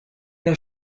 der